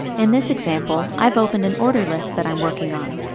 in this example, i've opened an order list that i'm working on.